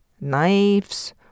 knives